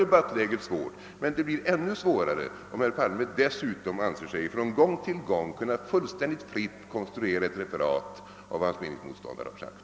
Debattläget blir ännu svårare om herr Palme dessutom från gång till gång anser sig fullständigt fritt kunna konstruera ett referat av vad hans meningsmotståndare har sagt.